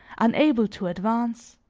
unable to advance.